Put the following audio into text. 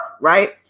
Right